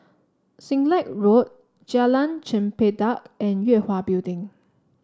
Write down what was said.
Siglap Road Jalan Chempedak and Yue Hwa Building